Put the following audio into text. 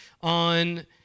on